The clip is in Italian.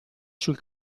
sul